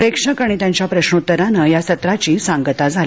प्रेक्षक आणि त्यांच्या प्रश्नोत्तराने या सत्राची सांगता झाली